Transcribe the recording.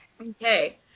okay